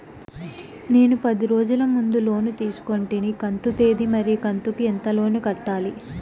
నేను పది రోజుల ముందు లోను తీసుకొంటిని కంతు తేది మరియు కంతు కు ఎంత లోను కట్టాలి?